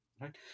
right